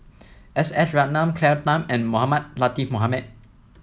S S Ratnam Claire Tham and Mohamed Latiff Mohamed